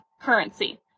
currency